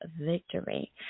victory